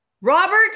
Robert